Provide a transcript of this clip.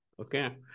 okay